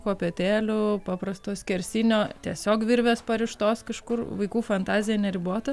kopėtėlių paprasto skersinio tiesiog virvės parištos kažkur vaikų fantazija neribota